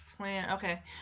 Okay